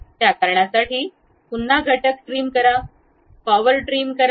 त्या कारणासाठी पुन्हा घटक ट्रिम करा पॉवर ट्रिम करा